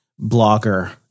blogger